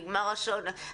נגמרו השעות,